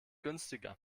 günstiger